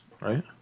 right